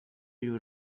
your